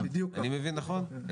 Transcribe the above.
נכון.